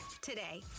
today